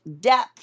depth